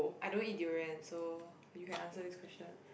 I don't eat durian so you can answer this question